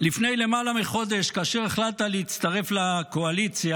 לפני למעלה מחודש, כאשר החלטת להצטרף לקואליציה,